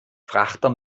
frachter